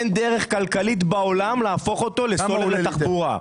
אין דרך כלכלית בעולם להפוך אותו לסונול לתחבורה.